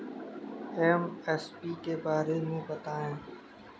MSP के बारे में बतायें?